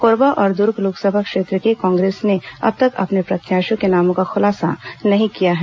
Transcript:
कोरबा और दुर्ग लोकसभा क्षेत्र के लिए कांग्रेस ने अब तक अपने प्रत्याशियों के नामों का खुलासा नहीं किया है